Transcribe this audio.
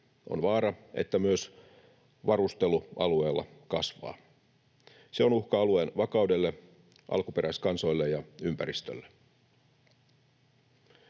On vaara, että myös varustelu alueella kasvaa. Se on uhka alueen vakaudelle, alkuperäiskansoille ja ympäristölle.